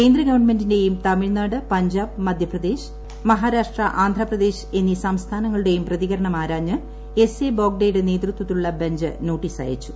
കേന്ദ്ര ഗവൺമെന്റിന്റെയും തമിഴ്നാട് പഞ്ചാബ് മധ്യപ്രദേശ് മഹാരാഷ്ട്ര ആന്ധ്രാപ്രദേശ് എന്നീ സംസ്ഥാനങ്ങളുടെയും പ്രതികരണം ആരാഞ്ഞ് എസ് എ ബോഗ്ഡെയുടെ നേതൃത്വത്തിലുള്ള ബഞ്ച് നോട്ടീസ് അയച്ചു